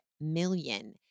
million